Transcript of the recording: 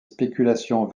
spéculations